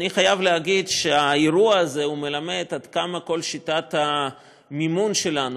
אני חייב להגיד שהאירוע הזה מלמד עד כמה כל שיטת המימון שלנו